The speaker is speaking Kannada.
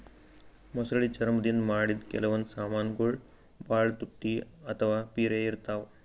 ಮೊಸಳಿ ಚರ್ಮ್ ದಿಂದ್ ಮಾಡಿದ್ದ್ ಕೆಲವೊಂದ್ ಸಮಾನ್ಗೊಳ್ ಭಾಳ್ ತುಟ್ಟಿ ಅಥವಾ ಪಿರೆ ಇರ್ತವ್